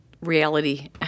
reality